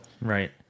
Right